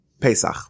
Pesach